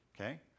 Okay